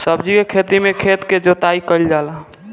सब्जी के खेती में खेत के जोताई कईल जाला